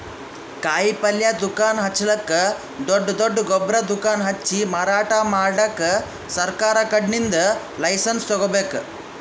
ಕಾಯಿಪಲ್ಯ ದುಕಾನ್ ಹಚ್ಚಲಕ್ಕ್ ದೊಡ್ಡ್ ದೊಡ್ಡ್ ಗೊಬ್ಬರ್ ದುಕಾನ್ ಹಚ್ಚಿ ಮಾರಾಟ್ ಮಾಡಕ್ ಸರಕಾರ್ ಕಡೀನ್ದ್ ಲೈಸನ್ಸ್ ತಗೋಬೇಕ್